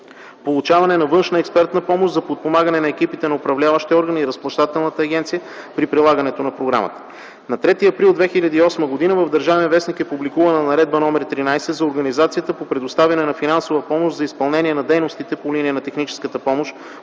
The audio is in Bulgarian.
получаване на външна експертна помощ за подпомагане екипите на управляващите органи и Разплащателната агенция при прилагането на програмата. На 3 април 2008 г. в „Държавен вестник” е публикувана Наредба № 13 за организацията по предоставяне на финансова помощ за изпълнение на дейностите по линия на техническата помощ